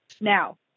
Now